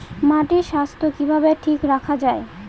মাটির স্বাস্থ্য কিভাবে ঠিক রাখা যায়?